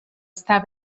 està